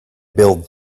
build